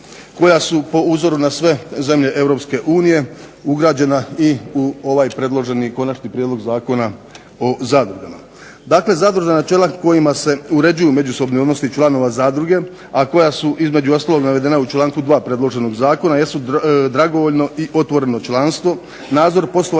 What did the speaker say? koja su po uzoru na sve zemlje Europske unije ugrađena i u ovaj predloženi Konačni prijedlog zakona o zadrugama. Dakle, zadružna načela kojima se uređuju međusobni odnosi članova zadruge, a koja su između ostalog navedena u članku 2. predloženog zakona jesu dragovoljno i otvoreno članstvo, nadzor i poslovanje